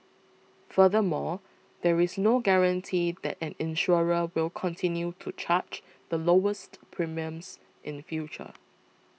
furthermore there is no guarantee that an insurer will continue to charge the lowest premiums in future